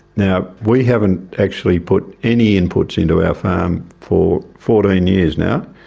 now, we haven't actually put any inputs into our farm for fourteen years now.